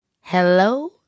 hello